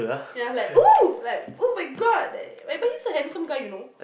yeah I'm like oh like oh-my-God but he's a handsome guy you know